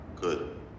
Good